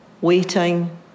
waiting